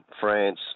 France